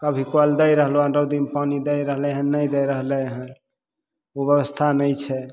कभी कल दै रहलहुँ हन रौदीमे पानि दै रहलय हन नहि दै रहलय हन उ व्यवस्था नहि छै